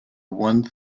one